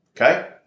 okay